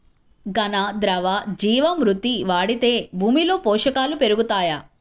ఘన, ద్రవ జీవా మృతి వాడితే భూమిలో పోషకాలు పెరుగుతాయా?